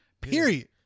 Period